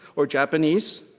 or japanese.